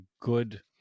good